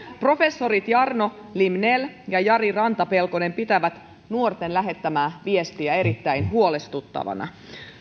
professorit jarno limnell ja jari rantapelkonen pitävät nuorten lähettämää viestiä erittäin huolestuttavana